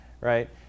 right